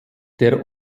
der